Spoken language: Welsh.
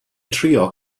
trio